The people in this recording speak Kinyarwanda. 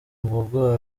mbogo